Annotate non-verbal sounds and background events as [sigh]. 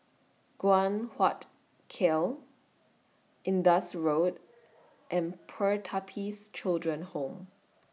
Guan Huat Kiln Indus Road [noise] and Pertapis Children Home [noise]